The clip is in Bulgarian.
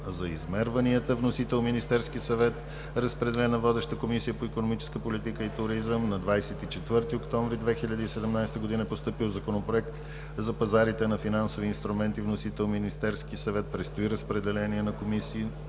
за измерванията. Вносител: Министерският съвет. Водеща е Комисията по икономическа политика и туризъм. На 24 октомври 2017 г. е постъпил Законопроект за пазарите на финансови инструменти. Вносител: Министерският съвет. Предстои разпределение на комисии.